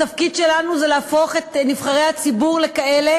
התפקיד שלנו זה להפוך את נבחרי הציבור לכאלה